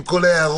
עם כל ההערות.